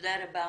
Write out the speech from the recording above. תודה רבה.